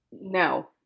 No